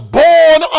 born